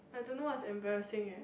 I don't know what is embarrassing leh